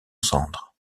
cendres